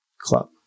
club